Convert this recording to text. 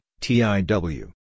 TIW